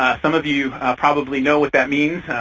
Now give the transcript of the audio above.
some of you probably know what that means,